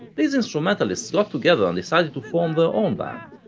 these instrumentalists got together and decided to form their own band.